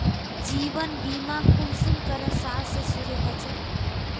जीवन बीमा कुंसम करे साल से शुरू होचए?